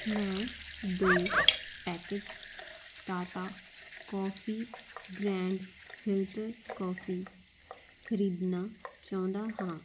ਮੈਂ ਦੋ packets Tata coffee grand filter coffee ਖ਼ਰੀਦਣਾ ਚਾਹੁੰਦਾ ਹਾਂ